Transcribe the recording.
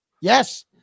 Yes